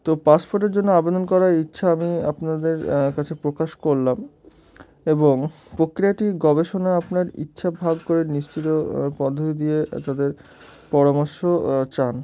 তো পাসপোর্টের জন্য আবেদন করার ইচ্ছা আমি আপনাদের কাছে প্রকাশ করলাম এবং প্রক্রিয়াটি গবেষণা আপনার ইচ্ছো ভাগ করে নিশ্চিত পদ্ধতি দিয়ে তাদের পরামর্শ চান